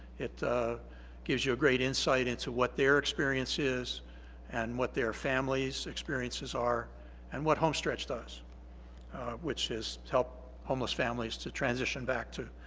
it gives you a great insight into what their experience is and what their family's experiences are and what home stretch does which is help homeless families to transition back to